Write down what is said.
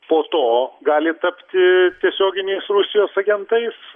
po to gali tapti tiesioginiais rusijos agentais